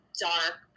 dark